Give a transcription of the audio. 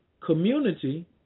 community